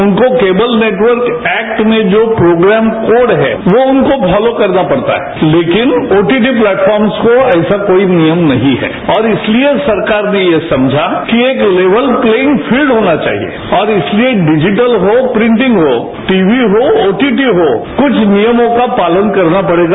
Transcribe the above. उनको cable network act में जो प्रोग्राम कोड है वो उनको फॉलो करना पड़ता है लेकिन श्रोटीपी प्लेटफॉर्म्स को ऐसा कोई नियम नहीं है और इसलिए सरकार ने ये समझा कि एक लेवत प्लेयिंग फील्ड होना चाहिए और इसलिए डिजिटल हो प्रिटिंग हो टीवी हो ओटीटी हो कुछ नियमों का पालन करना पड़ेगा